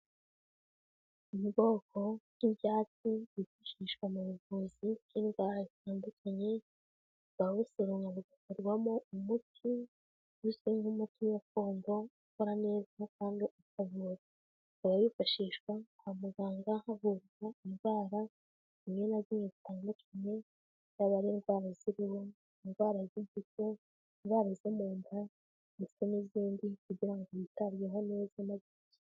Ubwoko bw'ibyatsi byifashishwa mu buvuzi bw'indwara zitandukanye, bikaba bisoromwa bigukorwarwamo umuti uzwi nk'umuti gakondo ukora neza kandi ukavura, ukaba wifashishwa kwa muganga havurwa indwara zimwe na zimwe zitandukanye, zaba indwara z'uruhu, indwara z'igifu, indwara zo munda, ndetse n'izindi kugira ngo yitabweho neza.